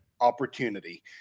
opportunity